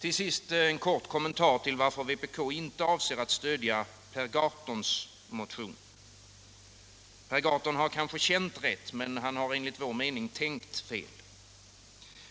Till sist en kort kommentar till varför vpk inte avser att stödja herr Gahrtons motion. Herr Gahrton har kanske känt rätt, men han har enligt vår mening tänkt fel.